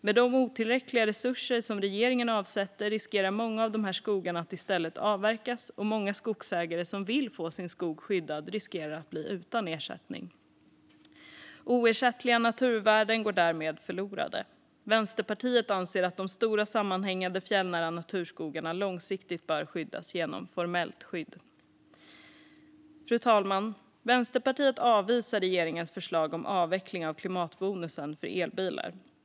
Med de otillräckliga resurser som regeringen avsätter riskerar många av dessa skogar att i stället avverkas, och många skogsägare som vill få sin skog skyddad riskerar att bli utan ersättning. Oersättliga naturvärden går därmed förlorade. Vänsterpartiet anser att de stora sammanhängande fjällnära naturskogarna långsiktigt bör skyddas genom formellt skydd. Fru talman! Vänsterpartiet avvisar regeringens förslag om avveckling av klimatbonusen för elbilar.